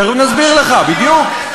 תכף נסביר לך בדיוק.